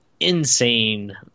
insane